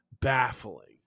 baffling